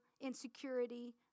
insecurity